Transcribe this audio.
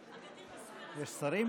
יש שרים,